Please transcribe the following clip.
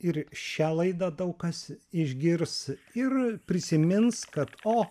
ir šią laidą daug kas išgirs ir prisimins kad o